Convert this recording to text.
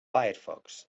firefox